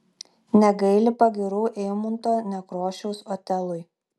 negaili pagyrų eimunto nekrošiaus otelui